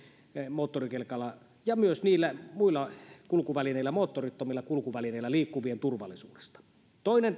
moottorikelkalla ja myös niillä muilla kulkuvälineillä moottorittomilla kulkuvälineillä liikku vien turvallisuudesta toinen